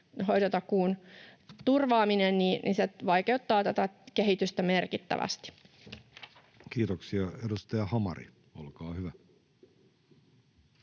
hoitotakuun turvaaminen, mutta se vaikeuttaa tätä kehitystä merkittävästi. Kiitoksia. — Edustaja Hamari, olkaa hyvä.